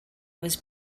was